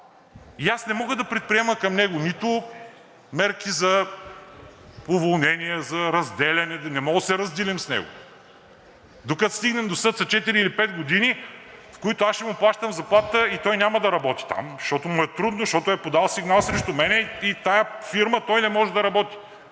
спор, не мога да предприема към него мерки за уволнение, за разделяне, не можем да се разделим с него! Докато стигнем до съд след четири или пет години, в които аз ще му плащам заплатата, и той няма да работи там, защото му е трудно, защото е подал сигнал срещу мен и в тази фирма той не може да работи.